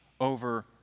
over